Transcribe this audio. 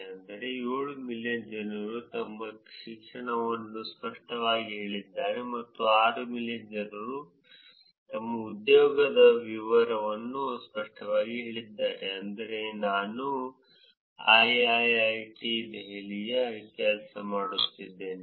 ಅಂದರೆ 7 ಮಿಲಿಯನ್ ಜನರು ತಮ್ಮ ಶಿಕ್ಷಣವನ್ನು ಸ್ಪಷ್ಟವಾಗಿ ಹೇಳಿದ್ದಾರೆ ಮತ್ತು ಸುಮಾರು 6 ಮಿಲಿಯನ್ ಜನರು ತಮ್ಮ ಉದ್ಯೋಗದ ವಿವರಗಳನ್ನು ಸ್ಪಷ್ಟವಾಗಿ ಹೇಳಿದ್ದಾರೆ ಅಂದರೆ ನಾನು IIIT ದೆಹಲಿಯಲ್ಲಿ ಕೆಲಸ ಮಾಡುತ್ತಿದ್ದೇನೆ